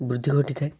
ବୃଦ୍ଧି ଘଟିଥାଏ